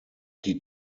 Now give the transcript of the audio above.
die